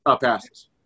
passes